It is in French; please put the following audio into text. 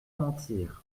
mentir